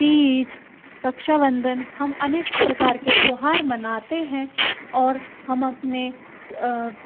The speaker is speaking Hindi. तीज रक्षाबंधन हम अनेक प्रकार के त्यौहार मनाते हैं और हम अपने